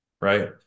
right